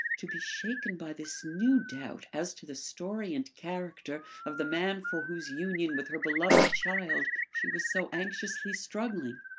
to be shaken by this new doubt as to the story and character of the man for whose union with her beloved child she was so anxiously struggling!